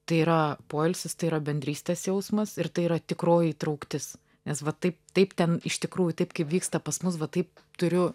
tai yra poilsis tai yra bendrystės jausmas ir tai yra tikroji trauktis nes va taip taip ten iš tikrųjų taip kaip vyksta pas mus va taip turiu